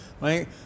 right